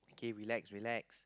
okay relax relax